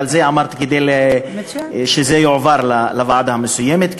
אמרתי שזה יועבר לוועדה המסוימת,